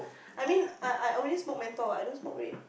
I mean I I only smoke menthol I don't smoke red